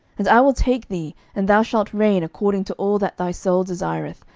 and i will take thee, and thou shalt reign according to all that thy soul desireth,